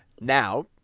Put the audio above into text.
Now